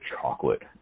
chocolate